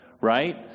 right